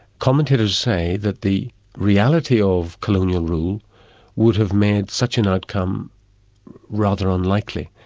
commentators say that the reality of colonial rule would have made such an outcome rather unlikely.